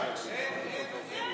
אין סמכות